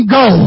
go